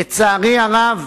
לצערי הרב,